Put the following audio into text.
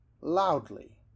loudly